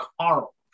Carl